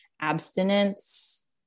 abstinence